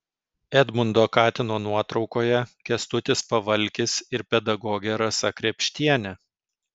edmundo katino nuotraukoje kęstutis pavalkis ir pedagogė rasa krėpštienė